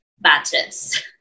batches